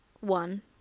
one